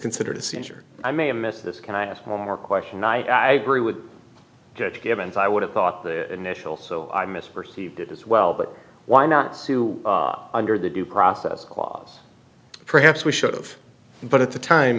considered a seizure i may have missed this can i ask one more question night i agree with judge givens i would have thought the initial so i misperceived it as well but why not sue under the due process clause perhaps we should've but at the time